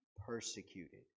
persecuted